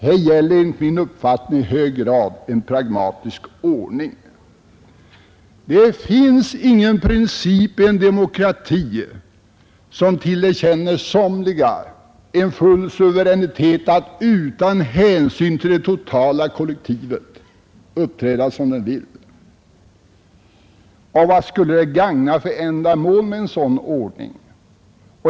Här gäller enligt min uppfattning i hög grad en pragmatisk ordning. Det finns ingen princip i en demokrati som tillerkänner somliga en full suveränitet att utan hänsyn till det totala kollektivet uppträda som de vill. Och vad skulle det gagna för ändamål med en sådan ordning?